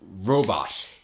robot